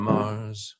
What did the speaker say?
Mars